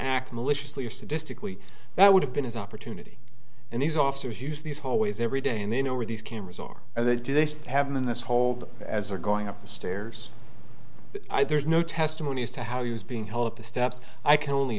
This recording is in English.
act maliciously or sadistically that would have been his opportunity and these officers use these hallways every day and they know where these cameras are and they do they have them in this hold as are going up the stairs i there's no testimony as to how he was being held up the steps i can only